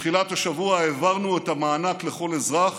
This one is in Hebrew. בתחילת השבוע העברנו את המענק לכל אזרח